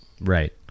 Right